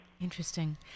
Interesting